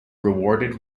rewarded